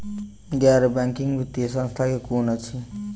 गैर बैंकिंग वित्तीय संस्था केँ कुन अछि?